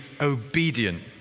obedient